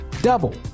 double